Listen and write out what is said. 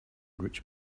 rich